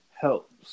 helps